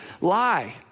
lie